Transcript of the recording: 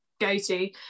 go-to